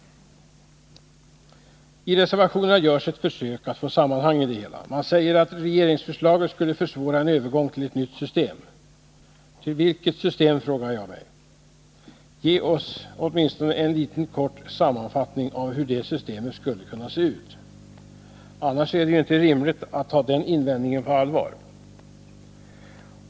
I reservationerna görs ett försök att få sammanhang i det hela — man säger att regeringsförslaget skulle försvåra en övergång till ett nytt system. Till vilket system? frågar jag mig. Gör åtminstone en kort sammanfattning av hur det systemet skulle se ut, annars är det inte rimligt att ta den invändningen på allvar!